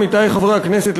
עמיתי חברי הכנסת,